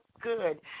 good